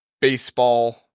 baseball